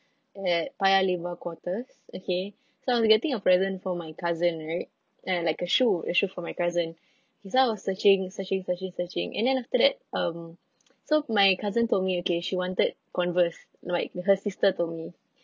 at paya lebar quarters okay so I was getting a present for my cousin right then like a shoe a shoe for my cousin as I was searching searching searching searching and then after that um so my cousin told me okay she wanted Converse like her sister told me